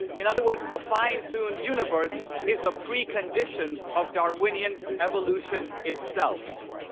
in other words, the fine-tuned universe is a precondition of darwinian evolution itself.